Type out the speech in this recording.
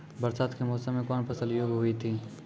बरसात के मौसम मे कौन फसल योग्य हुई थी?